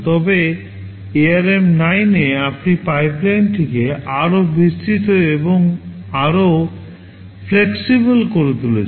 তবে ARM 9 এ আপনি পাইপলাইনটিকে আরও বিস্তৃত এবং আরও flexible করে তুলছেন